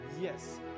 Yes